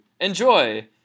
Enjoy